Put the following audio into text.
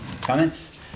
comments